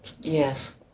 Yes